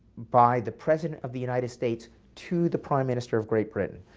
by the president of the united states to the prime minister of great britain.